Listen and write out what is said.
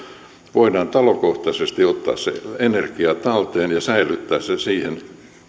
voidaan talokohtaisesti ottaa se energia talteen ja säilyttää se siihen